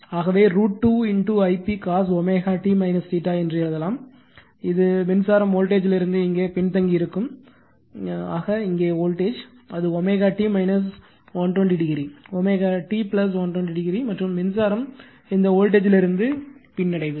ஆகவே √2 Ip cos t என்று எழுதலாம் இது மின்சாரம் வோல்டேஜ் லிருந்து இங்கே பின்தங்கியிருக்கும் ஆக இங்கே வோல்டேஜ் அது t 120 o t 120 o மற்றும் மின்சாரம் இந்த வோல்டேஜ் லிருந்து பின்னடைவு